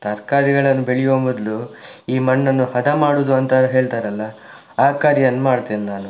ತರಕಾರಿಗಳನ್ನ ಬೆಳಿಯೊ ಮೊದಲು ಈ ಮಣ್ಣನ್ನು ಹದ ಮಾಡುವುದು ಅಂತ ಹೇಳ್ತಾರಲ್ಲ ಆ ಕಾರ್ಯವನ್ನು ಮಾಡ್ತೇನೆ ನಾನು